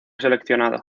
seleccionado